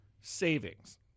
savings